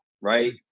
right